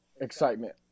excitement